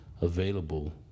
available